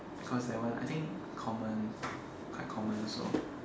because that one I think common quite common also